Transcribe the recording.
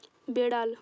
বেড়াল